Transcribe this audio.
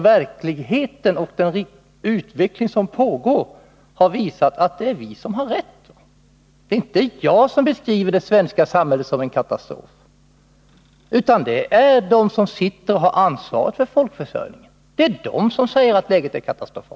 Verkligheten och den utveckling som pågår har visat att det är vi som har rätt. Det är inte jag som beskriver det svenska samhällets beredskapssituation som en katastrof, utan det är de som har ansvaret för folkförsörjningen som säger att läget är katastrofalt.